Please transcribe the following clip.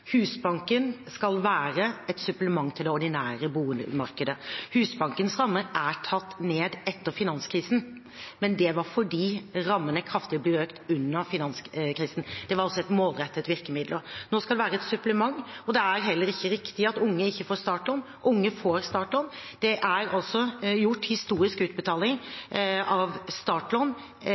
Husbanken skal være et supplement til det ordinære boligmarkedet. Husbankens rammer er tatt ned etter finanskrisen, men det var fordi rammene ble kraftig økt under finanskrisen. Det var altså et målrettet virkemiddel. Nå skal det være et supplement. Det er heller ikke riktig at unge ikke får startlån. Unge får startlån. Det er også gjort historiske utbetalinger av startlån